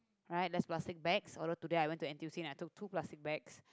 right less plastic bags although today I went to N_T_U_C and I took two plastic bags